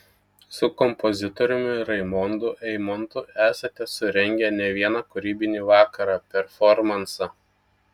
su kompozitoriumi raimundu eimontu esate surengę ne vieną kūrybinį vakarą performansą